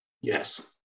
Yes